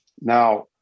Now